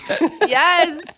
yes